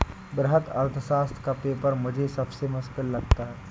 वृहत अर्थशास्त्र का पेपर मुझे सबसे मुश्किल लगता है